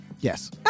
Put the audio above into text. Yes